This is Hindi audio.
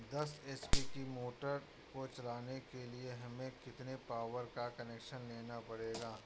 दस एच.पी की मोटर को चलाने के लिए हमें कितने पावर का कनेक्शन लेना पड़ेगा?